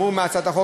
האמור מהצעת החוק,